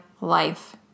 life